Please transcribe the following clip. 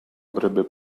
avrebbe